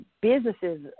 businesses